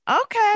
Okay